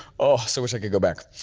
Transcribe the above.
oh, so wish i could go back.